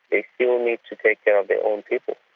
they still need to take care of their own people.